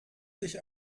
sich